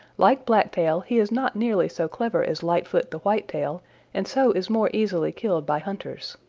like blacktail he is not nearly so clever as lightfoot the white-tail and so is more easily killed by hunters.